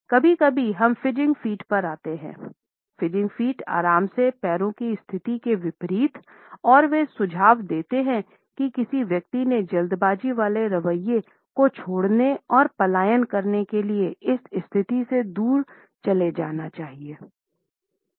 कभी कभी हम फ़िडगेटिंग फीट आराम से पैर की स्थिति के विपरीत और वे सुझाव देते हैं कि किसी व्यक्ति ने जल्दबाजी वाले रवैये को छोड़ने और पलायन करने के लिए इस स्थिति से दूर चले जाना चाहिए